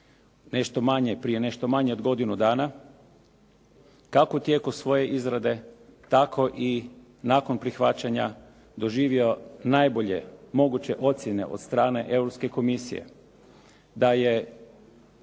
nešto manje, prije nešto manje od godinu dana, kako u tijeku svoje izrade tako i nakon prihvaćanja doživio najbolje moguće ocjene od strane Europske komisije. Da je